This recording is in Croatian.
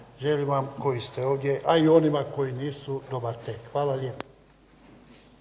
Želim vam koji ste ovdje, a i onima koji nisu dobar tek. Hvala lijepa.